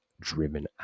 driven